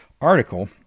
article